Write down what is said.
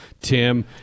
Tim